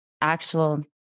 actual